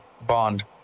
Bond